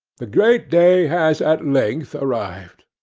the great day has at length arrived.